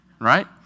right